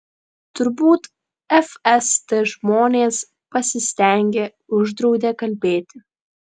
turbūt fst žmonės pasistengė uždraudė kalbėti